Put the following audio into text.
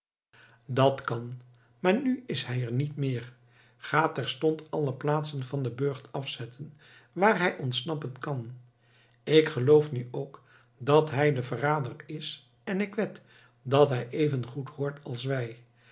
dat kan maar nu is hij er niet meer ga terstond alle plaatsen van den burcht afzetten waar hij ontsnappen kan ik geloof nu ook dat hij de verrader is en ik wed dat hij even goed hoort als wij